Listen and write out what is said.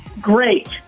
great